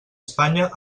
espanya